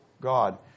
God